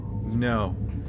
no